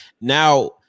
now